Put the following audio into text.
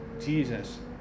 Jesus